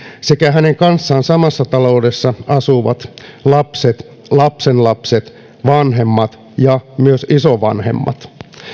sekä hänen kanssaan samassa taloudessa asuvat lapset lapsenlapset vanhemmat ja myös isovanhemmat